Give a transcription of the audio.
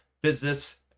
business